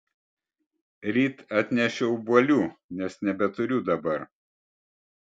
ryt atnešiu obuolių nes nebeturiu dabar